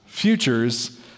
futures